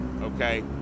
okay